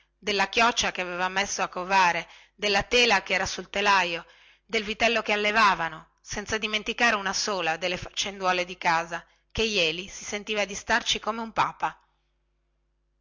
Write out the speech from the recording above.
della chioccia che aveva messo a covare della tela che era sul telaio del vitello che allevavano senza dimenticare una sola delle faccenduole che andava